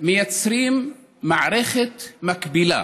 מייצרים מערכת מקבילה,